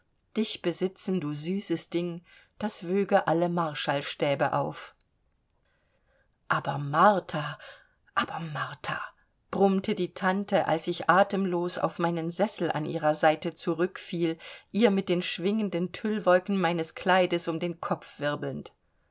dich besitzen du süßes ding das wöge alle marschallsstäbe auf aber martha aber martha brummte die tante als ich atemlos auf meinen sessel an ihrer seite zurückfiel ihr mit den schwingenden tüllwolken meines kleides um den kopf wirbelnd